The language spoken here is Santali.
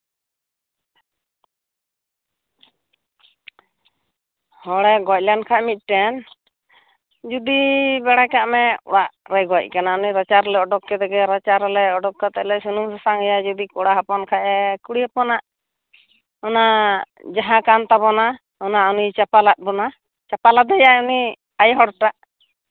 ᱦᱚᱲᱮ ᱜᱚᱡ ᱞᱮᱱᱠᱷᱟᱡ ᱢᱤᱫᱴᱮᱱ ᱡᱩᱫᱤ ᱵᱟᱲᱟᱭ ᱠᱟᱜ ᱢᱮ ᱚᱲᱟᱜ ᱨᱮᱭ ᱜᱚᱡ ᱠᱟᱱᱟ ᱩᱱᱤ ᱨᱟᱪᱟ ᱨᱮᱞᱮ ᱚᱰᱚᱠ ᱠᱟᱛᱮᱞᱮ ᱨᱟᱪᱟ ᱨᱮᱞᱮ ᱚᱰᱚᱠ ᱠᱟᱛᱮ ᱞᱮ ᱥᱩᱱᱩᱢ ᱥᱟᱥᱟᱝᱟᱭᱟ ᱡᱩᱫᱤ ᱠᱚᱲᱟ ᱦᱚᱯᱚᱱ ᱠᱷᱟᱡᱼᱮ ᱠᱩᱲᱤ ᱦᱚᱯᱚᱱᱟᱜ ᱚᱱᱟ ᱡᱟᱦᱟᱸ ᱠᱟᱱ ᱛᱟᱵᱚᱱᱟ ᱚᱱᱟ ᱩᱱᱤᱭ ᱪᱟᱯᱟᱞᱟᱫ ᱵᱚᱱᱟ ᱪᱟᱯᱟᱞᱟᱫᱮᱭᱟᱭ ᱩᱱᱤ ᱟᱭᱚ ᱦᱚᱲᱴᱟᱜ